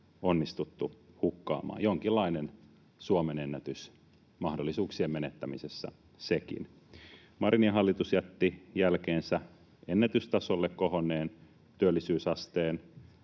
onnistuttu hukkaamaan. Jonkinlainen Suomen ennätys mahdollisuuksien menettämisessä sekin. Marinin hallitus jätti jälkeensä ennätystasolle kohonneen työllisyysasteen.